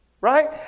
Right